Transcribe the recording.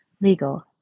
Legal